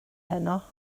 heno